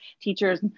teachers